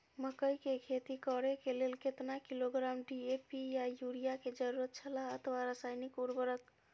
मकैय के खेती करे के लेल केतना किलोग्राम डी.ए.पी या युरिया के जरूरत छला अथवा रसायनिक उर्वरक?